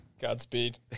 Godspeed